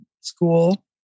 school